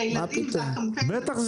זו